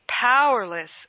powerless